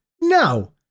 No